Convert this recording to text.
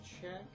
check